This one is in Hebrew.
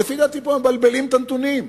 ולפי דעתי פה מבלבלים את הנתונים,